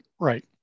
Right